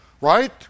right